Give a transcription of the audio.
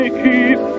keep